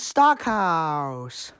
Stockhouse